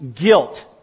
guilt